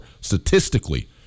statistically